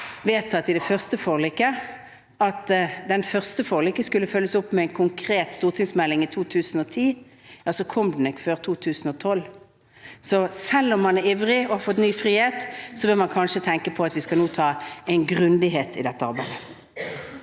vedtok at det første forliket skulle følges opp med en konkret stortingsmelding om klima i 2010, så kom den ikke før i 2012. Så selv om man er ivrig og har fått ny frihet, så bør man kanskje tenke på at vi nå skal ha en grundighet i dette arbeidet.